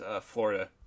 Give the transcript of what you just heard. Florida